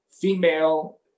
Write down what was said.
female